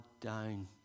down